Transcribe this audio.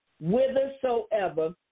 whithersoever